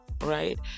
right